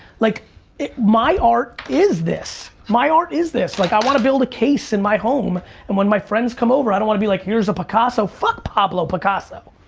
like my art is this. my art is this. like i wanna build a case in my home and when my friends come over i don't wanna be like here's a picasso, fuck pablo picasso.